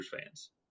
fans